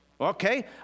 Okay